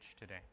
today